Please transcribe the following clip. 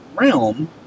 realm